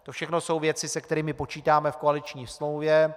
To všechno jsou věci, se kterými počítáme v koaliční smlouvě.